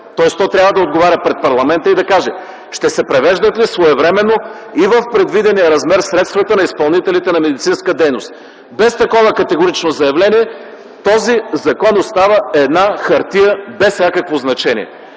Тоест то трябва да отговаря пред парламента и да каже ще се превеждат ли своевременно и в предвидения размер средствата на изпълнителите на медицинска дейност. Без такова категорично заявление този закон остава една хартия без всякакво значение.